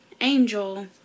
Angel